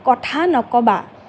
কথা নক'বা